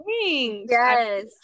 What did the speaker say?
yes